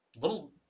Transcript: little